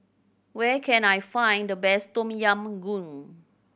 where can I find the best Tom Yam Goong